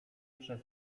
przez